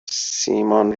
سیمان